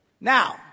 Now